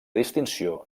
distinció